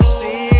see